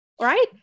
right